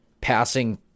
Passing